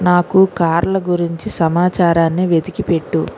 నాకు కార్ల గురించి సమాచారాన్ని వెతికిపెట్టు